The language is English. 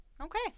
Okay